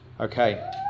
Okay